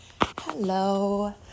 Hello